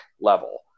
level